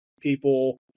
people